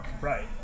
Right